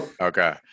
okay